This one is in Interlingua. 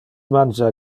mangia